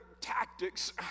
tactics